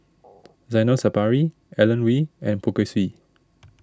Zainal Sapari Alan Oei and Poh Kay Swee